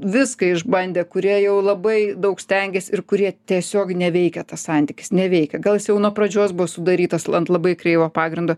viską išbandę kurie jau labai daug stengėsi ir kurie tiesiog neveikia tas santykis neveikia gal jis jau nuo pradžios buvo sudarytas ant labai kreivo pagrindo